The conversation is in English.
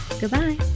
goodbye